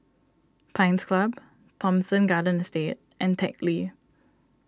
Pines Club Thomson Garden Estate and Teck Lee